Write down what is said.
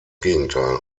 gegenteil